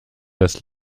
das